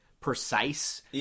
precise